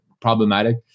problematic